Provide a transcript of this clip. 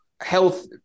health